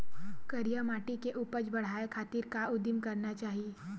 करिया माटी के उपज बढ़ाये खातिर का उदिम करना चाही?